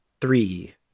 three